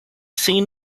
seen